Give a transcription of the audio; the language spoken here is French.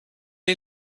est